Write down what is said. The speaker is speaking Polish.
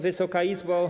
Wysoka Izbo!